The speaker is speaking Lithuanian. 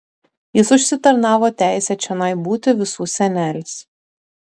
jis užsitarnavo teisę čionai būti visų senelis